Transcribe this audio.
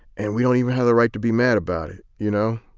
and we don't even have the right to be mad about it. you know,